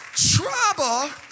Trouble